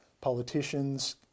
politicians